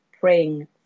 praying